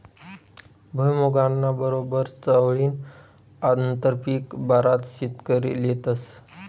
भुईमुंगना बरोबर चवळीनं आंतरपीक बराच शेतकरी लेतस